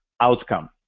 outcome